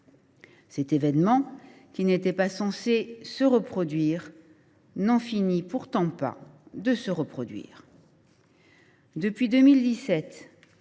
Cet événement, qui n’était pas censé se répéter, n’en finit pourtant pas de se reproduire. Depuis 2017,